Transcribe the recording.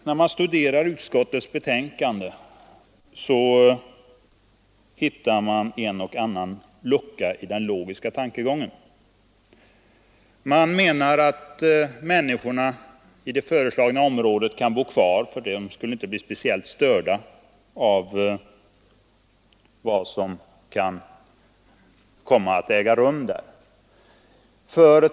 När man studerar utskottets betänkande finner man en och annan lucka i den logiska tankegången. Utskottet menar t.ex. att människorna i det aktuella området kan bo kvar därför att de inte skulle bli speciellt störda av vad som kan komma att äga rum där.